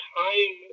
time